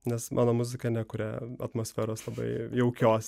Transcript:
nes mano muzika nekuria atmosferos labai jaukios